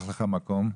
נעים מאוד.